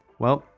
well,